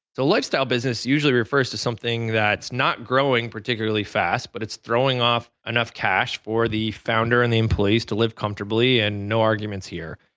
the lifestyle business usually refers to something that's not growing particularly fast but it's throwing off enough cash for the founder and the employees to live comfortable and no arguments here,